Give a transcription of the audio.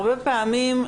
הרבה פעמים,